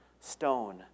stone